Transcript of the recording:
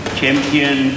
Champion